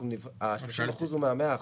ה-30% הוא מה-100%.